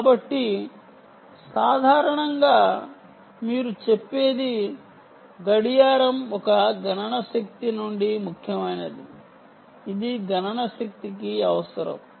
కాబట్టి సాధారణంగా మీరు చెప్పేది క్లాక్ ఒక గణన శక్తి నుండి ముఖ్యమైనది ఇది గణన శక్తికి అవసరం